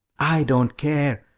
i don't care,